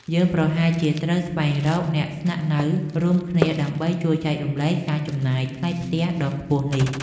យើងប្រហែលជាត្រូវស្វែងរកអ្នកស្នាក់នៅរួមគ្នាដើម្បីជួយចែករំលែកការចំណាយថ្លៃផ្ទះដ៏ខ្ពស់នេះ។